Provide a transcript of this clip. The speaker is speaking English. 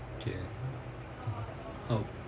can how